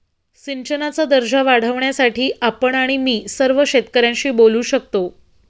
सिंचनाचा दर्जा वाढवण्यासाठी आपण आणि मी सर्व शेतकऱ्यांशी बोलू शकतो